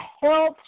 health